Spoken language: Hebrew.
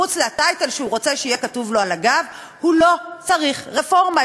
חוץ מהטייטל שהוא רוצה שיהיה כתוב לו על הגב הוא לא צריך רפורמה.